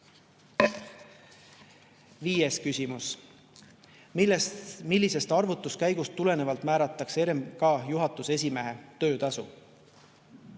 Viies küsimus: "Millisest arvutuskäigust tulenevalt määratakse RMK juhatuse esimehe töötasu?"